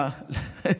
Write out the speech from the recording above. תביא סדרן.